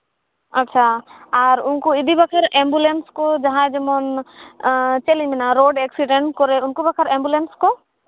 ᱟᱪᱪᱷᱟ ᱟᱨ ᱩᱱᱠᱩ ᱤᱫᱤ ᱵᱟᱠᱷᱨᱟ ᱮᱢᱵᱩᱞᱮᱱᱥ ᱠᱚ ᱡᱟᱦᱟᱸᱭ ᱡᱮᱢᱚᱱ ᱪᱮᱫ ᱞᱤᱧ ᱢᱮᱱᱟ ᱨᱳᱰ ᱮᱠᱥᱤᱰᱮᱱᱴ ᱠᱚ ᱩᱱᱠᱩ ᱵᱟᱠᱷᱨᱟ ᱮᱢᱵᱩᱞᱮᱱᱥ ᱠᱚ